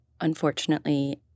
unfortunately